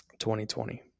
2020